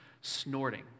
snorting